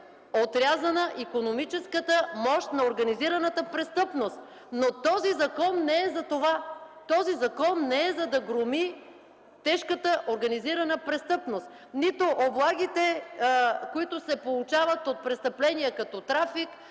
отрязана икономическата мощ на организираната престъпност, но този закон не е за това. Този закон не е за да громи тежката организирана престъпност, нито облагите, които се получават от престъпления като трафик